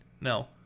No